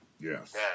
Yes